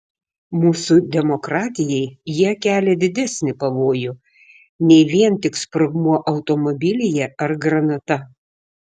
mūsų demokratijai jie kelia didesnį pavojų nei vien tik sprogmuo automobilyje ar granata